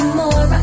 more